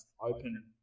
open